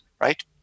right